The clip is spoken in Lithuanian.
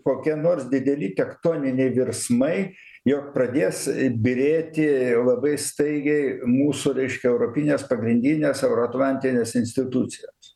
kokie nors dideli tektoniniai virsmai jog pradės byrėti labai staigiai mūsų reiškia europinės pagrindinės euroatlantinės institucijos